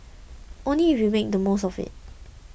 only if you make the most of it